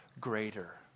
greater